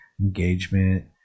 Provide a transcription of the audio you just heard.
engagement